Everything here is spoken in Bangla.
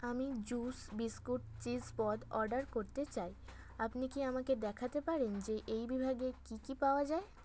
আমি জুস বিস্কুট চিজ পদ অর্ডার করতে চাই আপনি কি আমাকে দেখাতে পারেন যে এই বিভাগে কী কী পাওয়া যায়